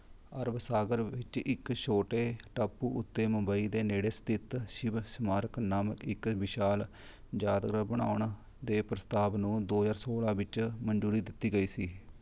ਅਰਬ ਸਾਗਰ ਵਿੱਚ ਇੱਕ ਛੋਟੇ ਟਾਪੂ ਉੱਤੇ ਮੁੰਬਈ ਦੇ ਨੇੜੇ ਸਥਿਤ ਸ਼ਿਵ ਸਮਾਰਕ ਨਾਮਕ ਇੱਕ ਵਿਸ਼ਾਲ ਯਾਦਗਾਰ ਬਣਾਉਣ ਦੇ ਪ੍ਰਸਤਾਵ ਨੂੰ ਦੋ ਹਜ਼ਾਰ ਸੋਲਾਂ ਵਿੱਚ ਮਨਜ਼ੂਰੀ ਦਿੱਤੀ ਗਈ ਸੀ